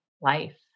life